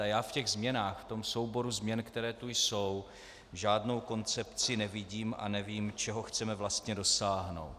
Já v těch změnách, v tom souboru změn, které tu jsou, žádnou koncepci nevidím a nevím, čeho chceme vlastně dosáhnout.